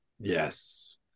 yes